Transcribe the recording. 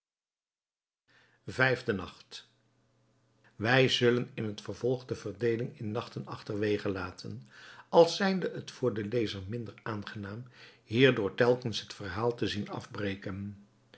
vijfde nacht wij zullen in het vervolg de verdeeling in nachten achterwege laten als zijnde het voor den lezer minder aangenaam hierdoor telkens het verhaal te zien afbreken